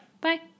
Bye